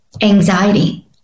anxiety